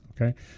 Okay